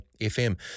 FM